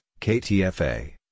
KTFA